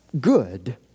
good